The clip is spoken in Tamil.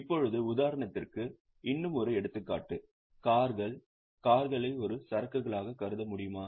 இப்போது உதாரணத்திற்கு இன்னும் ஒரு எடுத்துக்காட்டு கார்கள் கார்களை ஒரு சரக்குகளாகக் கருத முடியுமா